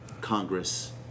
Congress